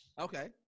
Okay